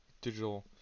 digital